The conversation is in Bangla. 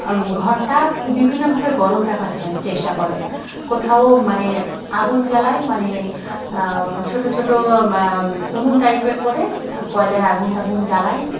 ঘরটা বিভিন্নভাবে গরম রাখার চেষ্টা করে কোথাও মানে আগুন জ্বালায় মানে ছোটো ছোটো উনুন টাইপের করে কয়লার আগুন টাগুন জ্বালায়